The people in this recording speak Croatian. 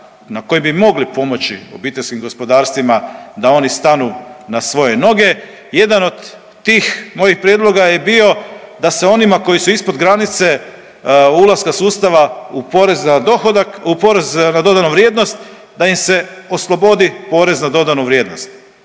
na koji bi mogli pomoći obiteljskim gospodarstvima da oni stanu na svoje noge, jedan od tih mojih prijedloga je bio da se onima koji su ispod granice ulaska sustava u porez na dohodak, u porez na dodanu vrijednost da im se oslobodi porez na dodanu vrijednost,